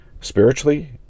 Spiritually